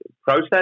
process